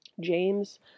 James